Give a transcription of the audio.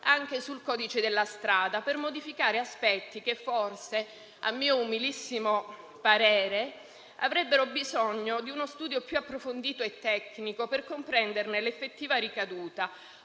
anche sul codice della strada per modificare aspetti che forse - a mio umilissimo parere - avrebbero bisogno di uno studio più approfondito e tecnico per comprenderne l'effettiva ricaduta,